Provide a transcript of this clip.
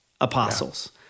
apostles